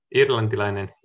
irlantilainen